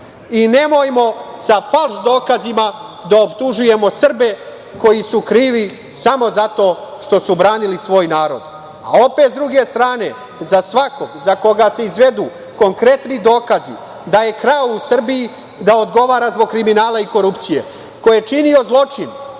i nemojmo sa falš dokazima da optužujemo Srbe koji su krivi samo zato što su branili svoj narod. Opet, s druge strane, sa svakog za koga se izvedu konkretni dokazi da je krao u Srbiji, da odgovara zbog kriminala i korupcije, koji je činio zločin